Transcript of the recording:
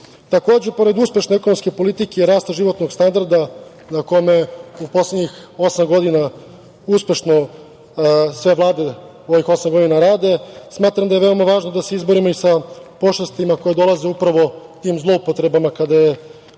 pored uspešne ekonomske politike i rasta životnog standarda na kome u poslednjih osam godina uspešno sve vlade ovih osam godina rade, smatram da je veoma važno da se izborimo i sa pošastima koje dolaze upravo tim zloupotrebama kada je